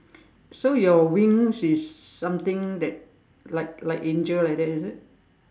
so your wings is something that like like angel like that is it